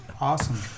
awesome